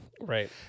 right